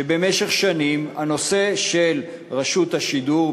במשך שנים הנושא של רשות השידור,